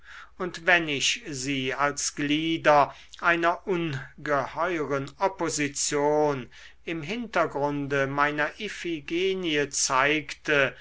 und wenn ich sie als glieder einer ungeheuren opposition im hintergrunde meiner iphigenie zeigte